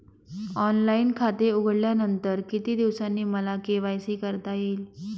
Online खाते उघडल्यानंतर किती दिवसांनी मला के.वाय.सी करता येईल?